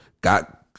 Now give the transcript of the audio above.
got